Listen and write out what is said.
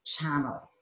Channel